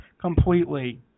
completely